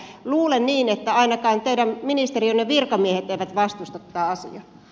luulen niin että ainakaan teidän ministeriönne virkamiehet eivät vastusta tätä asiaa